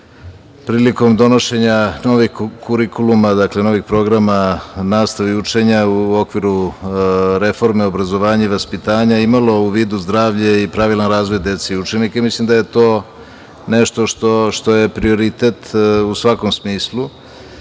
prilikom donošenja novih kurikuluma, dakle, novih programa nastave i učenja u okviru reforme obrazovanja i vaspitanja imalo u vidu zdravlje i pravilan razvoj dece i učenika i mislim da je to nešto što je prioritet u svakom smislu. Fizičko